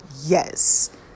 yes